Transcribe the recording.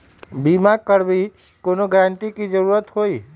बिमा करबी कैउनो गारंटर की जरूरत होई?